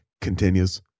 continues